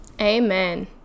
Amen